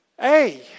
hey